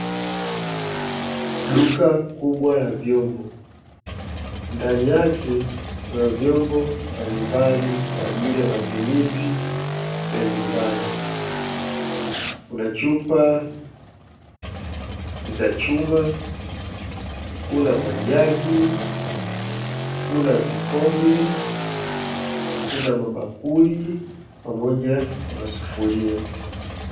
Duka kubwa la vyombo ndani yake kuna vyombo mbalimbali kwa ajili ya matumizi ya nyumbani kuna chupa za chuma, kuna majagi, kuna vikombe, kuna mabakuli pamoja na masufuria.